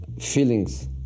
feelings